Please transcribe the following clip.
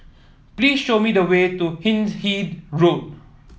please show me the way to Hindhede Road